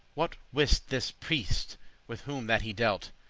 what wiste this priest with whom that he dealt?